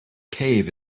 cave